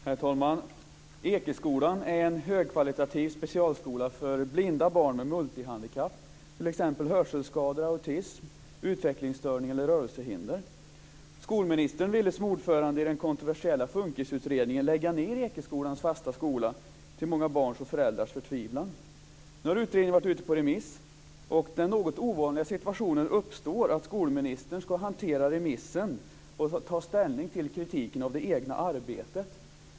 Herr talman! Ekeskolan är en högkvalitativ specialskola för blinda barn med multihandikapp, t.ex. hörselskada, autism, utvecklingsstörning eller rörelsehinder. Skolministern ville som ordförande i den kontroversiella FUNKIS-utredningen lägga ned Ekeskolans fasta skola till många barns och föräldrars förtvivlan. Nu har utredningen varit ute på remiss. Den något ovanliga situationen uppstår att skolministern skall hantera remissen och ta ställning till kritiken av det egna arbetet.